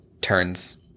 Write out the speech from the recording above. turns